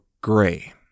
gray